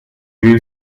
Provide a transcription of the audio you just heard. drew